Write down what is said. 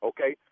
Okay